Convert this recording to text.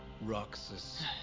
Roxas